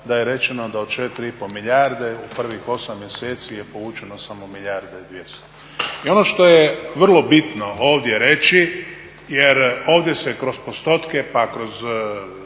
da je rečeno da od 4,5 milijarde u prvih 8 mjeseci je povučeno samo 1 milijarda i 200. I ono što je vrlo bitno ovdje reći, jer ovdje se kroz postotke, pa kroz